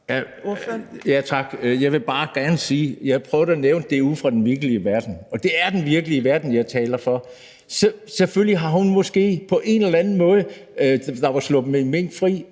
Tak. Jeg vil bare gerne sige, at jeg prøvede at nævne det ude fra den virkelige verden, og det er den virkelige verden, jeg taler om. Selvfølgelig kan det være sådan, at hun måske på en eller anden måde, hvis der var sluppet en mink fri